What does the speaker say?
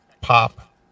pop